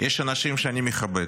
יש אנשים שאני מכבד,